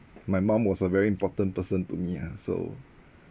my mum was a very important person to me ah so